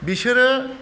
बिसोरो